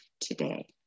today